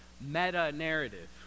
meta-narrative